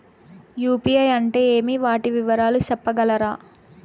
UPI అంటే ఏమి? వాటి వివరాలు సెప్పగలరా?